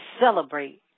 celebrate